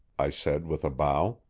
i said with a bow.